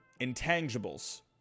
intangibles